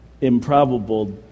improbable